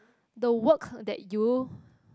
the work that you